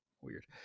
Weird